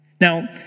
Now